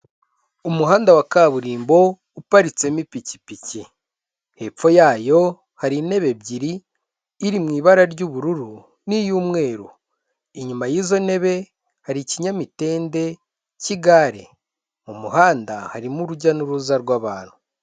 Umuhanda wa kaburimbo uparitsemo ipikipiki, hepfo yayo hari intebe ebyiri iri mu ibara ry'ubururu n'iy'umweru, inyuma y'izo ntebe hari ikinyamitende cy'igare, mu muhanda harimo urujya n'uruza rw'abantu.